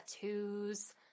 tattoos